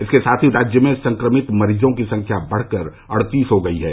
इसके साथ ही राज्य में संक्रमित मरीजों की संख्या बढ़कर अड़तीस हो गई है